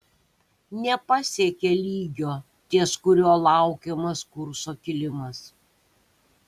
nepasiekė lygio ties kuriuo laukiamas kurso kilimas